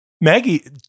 Maggie